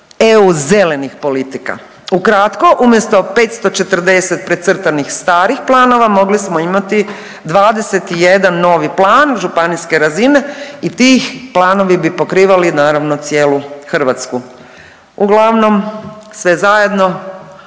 EU zelenih politika. Ukratko umjesto 540 precrtanih starih planova mogli smo imati 21 novi plan županijske razine i ti planovi bi pokrivali naravno cijelu Hrvatsku. Uglavnom sve zajedno